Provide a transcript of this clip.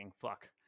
fuck